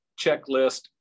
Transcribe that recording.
checklist